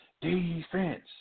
Defense